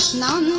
now